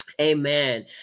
amen